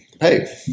Hey